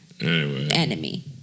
enemy